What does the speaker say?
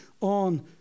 on